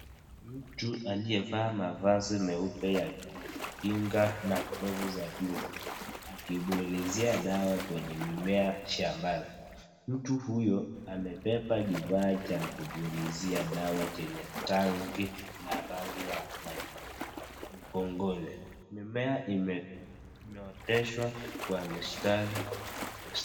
Mtu aliyevaa mavazi meupe ya kujikinga na glovu za buluu akibulizia dawa kwenye mimea shambani. Mtu huyo amebeba kifaa cha kupuluzia dawa chenye tanki la rangi ya machungwa mgongoni. Mimea imenyoteshwa kwa mistari.